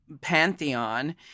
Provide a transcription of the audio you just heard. pantheon